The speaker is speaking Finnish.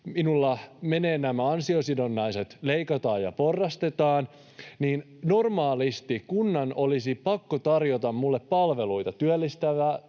minulta menevät nämä ansiosidonnaiset, leikataan ja porrastetaan, niin normaalisti kunnan olisi pakko tarjota minulle palveluita, työllisyyttä